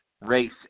race